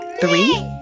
Three